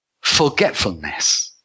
forgetfulness